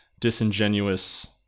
disingenuous